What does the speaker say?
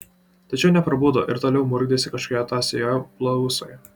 tačiau neprabudo ir toliau murkdėsi kažkokioje tąsioje blausoje